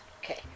okay